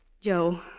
Joe